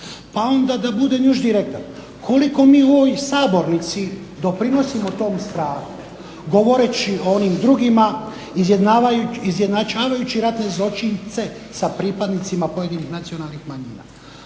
Pa onda da budem još direktan? Koliko mi u ovoj sabornici doprinosimo tom strahu govoreći o onim drugima, izjednačavajući ratne zločince sa pripadnicima pojedinih nacionalnih manjina?